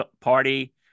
party